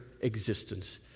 existence